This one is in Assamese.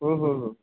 হু হু হু